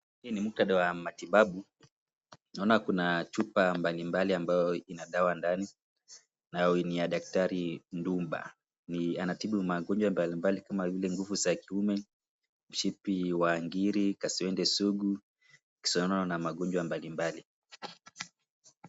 Hii ni muktadha wa matibabu. Naona Kuna chupa mbalimbali ambayo ina dawa ndani na ni ya daktari Dumba. Anatibu ugonjwa mbali mbali kama vile nguvu za kiume, mshipi wa ngiri, kaswende sugu, kisonono na magonjwa mbali mbali.